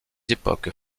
époques